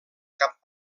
cap